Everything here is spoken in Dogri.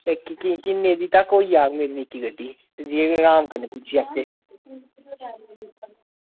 ते किन्ने दी होई जाह्ग मेरी निक्की गड्डी जेह्दे नै अराम कन्नै पुज्जी जाह्गे